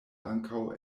ankaŭ